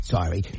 Sorry